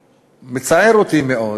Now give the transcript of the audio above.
מצער אותי מאוד